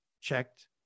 checked